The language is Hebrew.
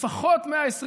לפחות 120 שנה,